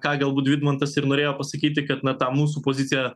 ką galbūt vidmantas ir norėjo pasakyti kad na tą mūsų poziciją